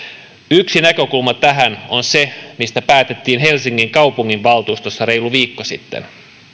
yksi näkökulma tähän on se mistä päätettiin helsingin kaupunginvaltuustossa reilu viikko sitten